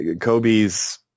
Kobe's